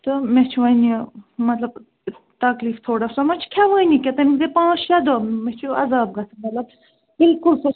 تہٕ مےٚ چھُ وۄنۍ یہِ مطلب تکلیٖف تھوڑا سۄ ما چھِ کھیٚوٲنی کیٚنٛہہ تٔمس گٔے پانٛژھ شےٚ دۄہ مےٚ چھُ عذاب گَژھان مطلب بالکل سۄ چھِ